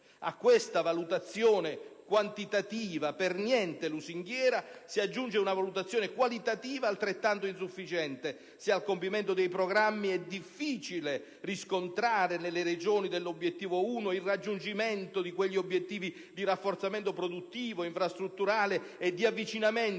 A questa valutazione quantitativa, per niente lusinghiera, si aggiunge una valutazione qualitativa altrettanto insufficiente, se al compimento dei programmi è difficile riscontrare nelle Regioni dell'Obiettivo 1 il raggiungimento di quegli obiettivi di rafforzamento produttivo, infrastrutturale e di avvicinamento